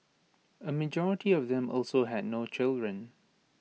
A majority of them also had no children